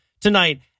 tonight